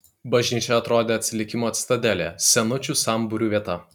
bažnyčia atrodė atsilikimo citadelė senučių sambūrių vieta